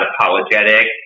apologetic